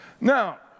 Now